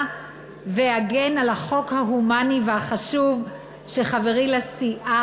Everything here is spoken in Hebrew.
ואגן על החוק ההומני והחשוב שחברי לסיעה,